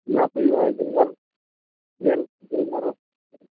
ᱢᱟᱯ ᱦᱩᱭᱩᱜᱼᱟ ᱜᱮᱞᱵᱟᱨ ᱜᱮᱞ ᱜᱮᱞᱵᱟᱨ